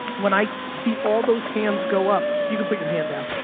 when i see all those hands go up, you can put your hand down.